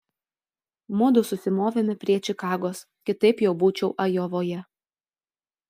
mudu susimovėme prie čikagos kitaip jau būčiau ajovoje